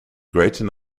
greater